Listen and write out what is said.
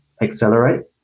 accelerate